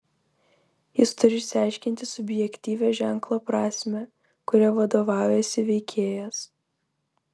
jis turi išsiaiškinti subjektyvią ženklo prasmę kuria vadovaujasi veikėjas